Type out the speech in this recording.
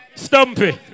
Stumpy